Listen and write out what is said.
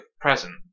present